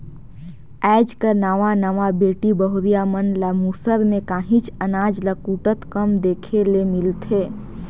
आएज कर नावा नावा बेटी बहुरिया मन ल मूसर में काहींच अनाज ल कूटत कम देखे ले मिलथे